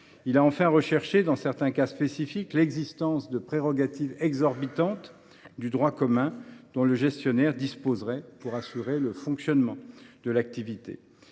Il a enfin recherché, dans certains cas spécifiques, l’existence de prérogatives exorbitantes du droit commun dont le gestionnaire disposerait pour assurer le fonctionnement de l’activité.